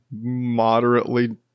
moderately